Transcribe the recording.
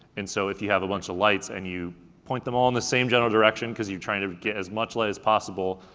and so if you have a bunch of lights and you point them all in the same general direction, cause you're trying to get as much light as possible,